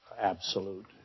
absolute